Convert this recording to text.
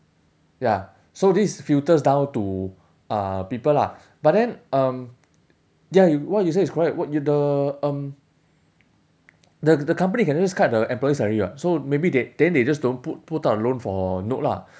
ya so this filters down to uh people lah but then um ya you what you said is correct what you the um the the company can just cut the employee salary [what] so maybe they then they just don't put put out a loan for note lah